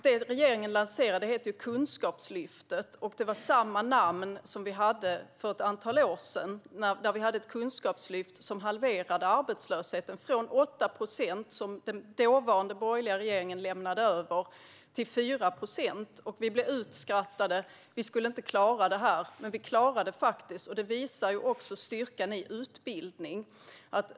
Det regeringen har lanserat heter Kunskapslyftet. Samma namn hade vi på satsningen för ett antal år sedan som halverade arbetslösheten från 8 procent, som den dåvarande borgerliga regeringen lämnade över, till 4 procent. Vi blev utskrattade, för vi skulle inte klara det. Men vi klarade det, och det visar på styrkan i utbildning.